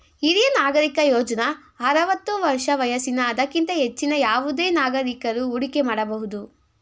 ಹಿರಿಯ ನಾಗರಿಕ ಯೋಜ್ನ ಆರವತ್ತು ವರ್ಷ ವಯಸ್ಸಿನ ಅದಕ್ಕಿಂತ ಹೆಚ್ಚಿನ ಯಾವುದೆ ನಾಗರಿಕಕರು ಹೂಡಿಕೆ ಮಾಡಬಹುದು